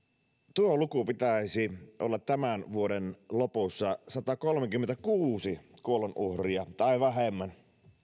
tuon luvun pitäisi olla tämän vuoden lopussa satakolmekymmentäkuusi kuolonuhria tai vähemmän